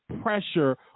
pressure